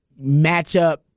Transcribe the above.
matchup